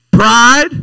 Pride